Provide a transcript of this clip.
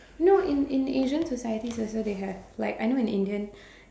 no in in Asian societies also they have like I know in Indian